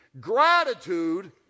gratitude